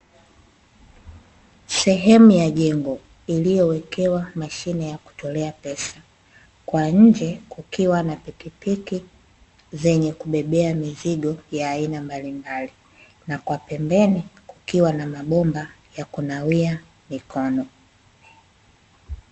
Sehemu ya jengo iliyowekewa mashine ya kutolea pesa, kwa nje kukiwa na pikipiki zenye kubebea mizigo ya aina mbalimbali na kwa pembeni kukiwa na mabomba ya kunawia mikono.